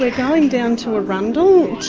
ah going down to arundel